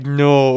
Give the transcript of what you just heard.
no